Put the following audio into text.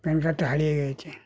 pan কার্ডটা হারিয়ে গিয়েছে